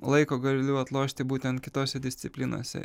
laiko galiu atlošti būtent kitose disciplinose